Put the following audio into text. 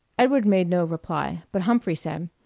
edward made no reply, but humphrey said,